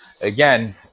again